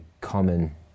common